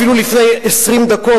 אפילו לפני 20 דקות,